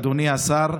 אדוני השר,